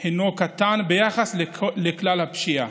הינו קטן ביחס לכלל הפשיעה.